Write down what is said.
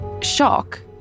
shock